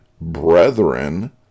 brethren